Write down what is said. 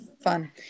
fun